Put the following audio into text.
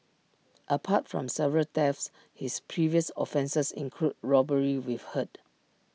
apart from several thefts his previous offences include robbery with hurt